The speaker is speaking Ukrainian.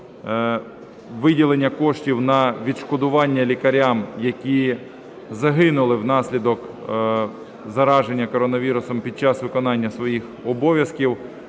виділення коштів на відшкодування лікарям, які загинули внаслідок зараження коронавірусом під час виконання своїх обов'язків,